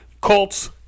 Colts